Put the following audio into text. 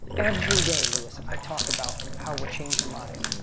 everyday, lewis, i talk about how we're changing lives.